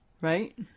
Right